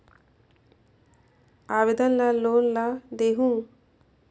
आवेदन ला कोन ला देहुं?